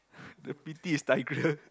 the pity is Tigreal